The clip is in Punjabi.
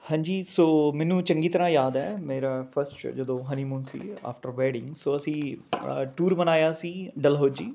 ਹਾਂਜੀ ਸੋ ਮੈਨੂੰ ਚੰਗੀ ਤਰ੍ਹਾਂ ਯਾਦ ਹੈ ਮੇਰਾ ਫਸਟ ਜਦੋਂ ਹਨੀਮੂਨ ਸੀ ਆਫਟਰ ਵੈਡਿੰਗ ਸੋ ਅਸੀਂ ਟੂਰ ਬਣਾਇਆ ਸੀ ਡਲਹੌਜ਼ੀ